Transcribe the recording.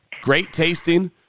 great-tasting